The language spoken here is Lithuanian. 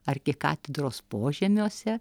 arkikatedros požemiuose